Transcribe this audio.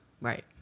Right